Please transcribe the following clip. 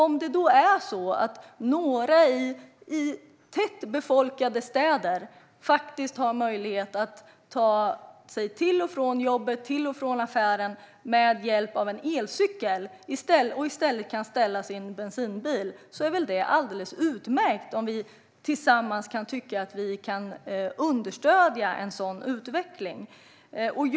Om några i tätbefolkade städer har möjlighet att ta sig till och från jobbet och till och från affären med hjälp av en elcykel och kan ställa sin bensinbil är det väl alldeles utmärkt om vi kan stödja en sådan utveckling tillsammans.